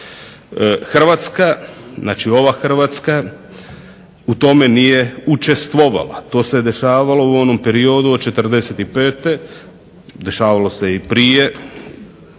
Hrvatska, znači ova Hrvatska u tome nije učestvovala, to se dešavalo u onom periodu od '45., dešavalo se i prije